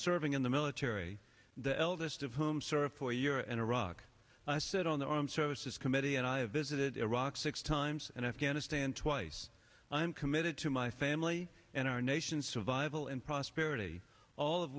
serving in the military the eldest of whom served for a year and iraq i sit on the armed services committee and i have visited iraq six times and afghanistan twice i am committed to my family and our nation survival and prosperity all of